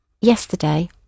yesterday